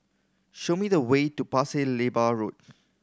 show me the way to Pasir Laba Road